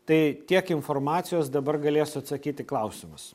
tai tiek informacijos dabar galėsiu atsakyt į klausimus